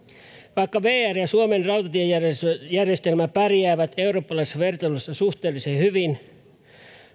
vaikka vr ja suomen rautatiejärjestelmä pärjäävät eurooppalaisessa vertailussa suhteellisen hyvin